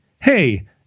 hey